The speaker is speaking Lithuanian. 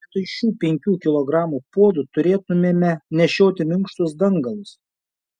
vietoj šių penkių kilogramų puodų turėtumėme nešioti minkštus dangalus